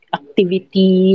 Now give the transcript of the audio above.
activity